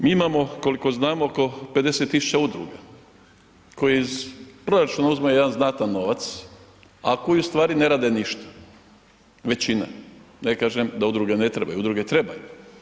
Mi imamo koliko znamo oko 50 tisuća udruga, koji iz proračuna uzima jedan znatan novac, a koji ustvari ne rade ništa, većina, ne kažem da udruge ne trebaju, udruge trebaju.